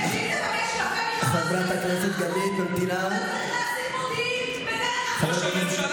שאם תבקש יפה מחמאס הוא יחזיר לך חטוף?